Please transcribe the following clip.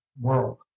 world